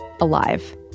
alive